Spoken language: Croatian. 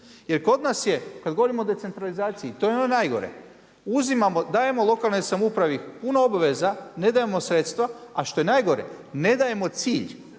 Jer kod nas je kada govorimo o decentralizaciji to je ono najgore, dajemo lokalnoj samoupravi puno obaveza, ne dajemo sredstva, a što je najgore, ne dajemo cilj.